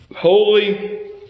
Holy